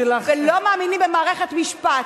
לא מאמינים במערכת המשפט.